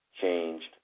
changed